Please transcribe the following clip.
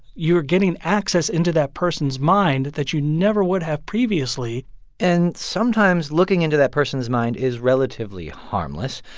you are getting access into that person's mind that you never would have previously and sometimes looking into that person's mind is relatively harmless.